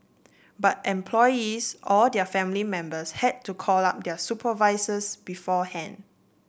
but employees or their family members had to call up their supervisors beforehand